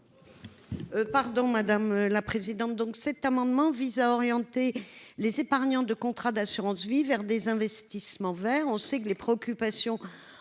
Pardon, madame la présidente. Donc cet amendement vise à orienter les épargnants de contrats d'assurance-vie vers des investissements verts. On sait que les préoccupations